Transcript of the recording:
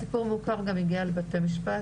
הסיפור מוכר גם הגיע לבית משפט,